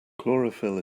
chlorophyll